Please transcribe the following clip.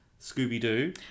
Scooby-Doo